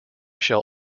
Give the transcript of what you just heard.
shall